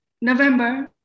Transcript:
November